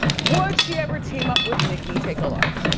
would she ever team up with nicki? take a look.